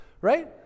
right